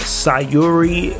sayuri